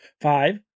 five